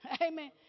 Amen